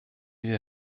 wir